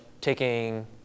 taking